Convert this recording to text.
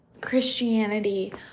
Christianity